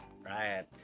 right